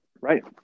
Right